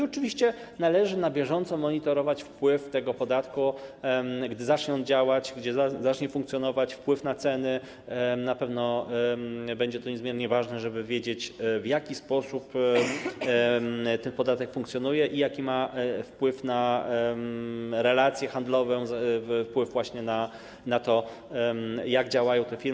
Oczywiście należy na bieżąco monitorować wpływ tego podatku, gdy zacznie on działać, będzie wpływ na ceny, na pewno będzie to niezmiernie ważne, żeby wiedzieć, w jaki sposób ten podatek funkcjonuje i jaki ma wpływ na relacje handlowe, wpływ właśnie na to, jak działają te firmy.